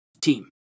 team